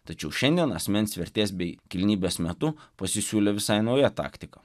tačiau šiandien asmens vertės bei kilnybės metu pasisiūlė visai nauja taktika